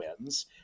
wins